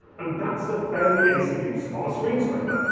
and that's a fairly innocent use of a screen-scraper.